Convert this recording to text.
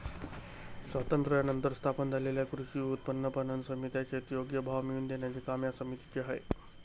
स्वातंत्र्यानंतर स्थापन झालेल्या कृषी उत्पन्न पणन समित्या, शेती योग्य भाव मिळवून देण्याचे काम या समितीचे आहे